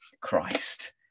Christ